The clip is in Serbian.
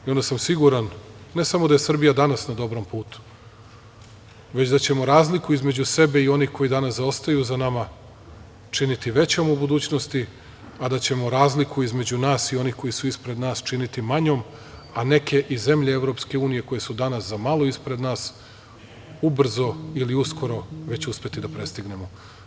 Onda sam siguran ne samo da je Srbija danas na dobrom putu, već da ćemo razliku između sebe i onih koji danas zaostaju za nama činiti većom u budućnosti, a da ćemo razliku između nas i onih koji su ispred nas činiti manjom, a neke i zemlje EU koje su danas za malo ispred nas, ubrzo ili uskoro već uspeti da prestignemo.